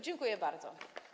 Dziękuję bardzo.